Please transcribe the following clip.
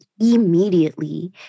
immediately